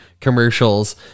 commercials